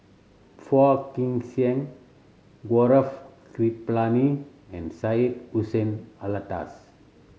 Phua Kin Siang Gaurav Kripalani and Syed Hussein Alatas